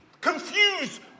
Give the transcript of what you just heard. confused